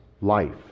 life